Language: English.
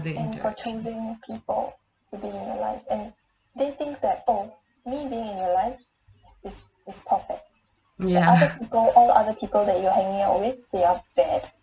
other interactions ya